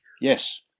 Yes